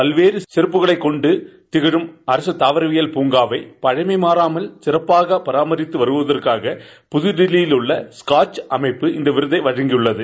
பல்வேறு சிறப்புகளைக் கொன்டு திகழும் அரசு தாவரவியல் பூங்காவை பழமை மாறாமல் சிறப்பாக பராமரித்து வருவதற்காக தில்லியில் ஸ்காட்ச் அமைப்பு இந்த விருதை வழங்கியுள்ளது